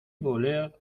voleur